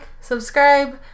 subscribe